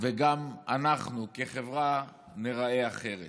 גם אנחנו, כחברה, ניראה אחרת.